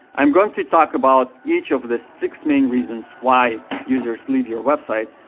i'm going to talk about each of the six main reasons why users leave your website,